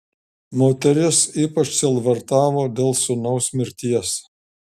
moteris ypač sielvartavo dėl sūnaus mirties